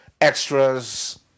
extras